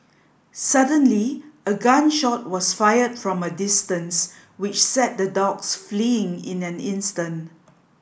suddenly a gun shot was fired from a distance which sent the dogs fleeing in an instant